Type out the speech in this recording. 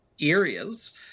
areas